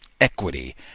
equity